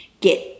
get